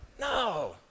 No